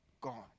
gone